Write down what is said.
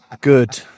Good